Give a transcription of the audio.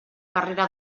carrera